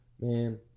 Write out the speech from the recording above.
man